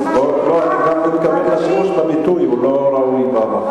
מתכוון לשימוש בביטוי, הוא לא ראוי במקום הזה.